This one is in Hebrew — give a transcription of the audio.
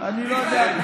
אני לא יודע.